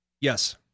Yes